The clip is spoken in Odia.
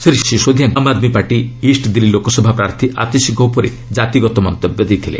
ଶ୍ରୀ ସିସୋଦିଆ ଆମ୍ ଆଦମୀ ପାର୍ଟି ଇଷ୍ଟ ଦିଲ୍ଲୀ ଲୋକସଭା ପ୍ରାର୍ଥୀ ଆତିଶିଙ୍କ ଉପରେ ଜାତିଗତ ମନ୍ତବ୍ୟ ଦେଇଥିଲେ